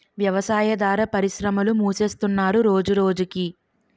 వ్యవసాయాదార పరిశ్రమలు మూసేస్తున్నరు రోజురోజకి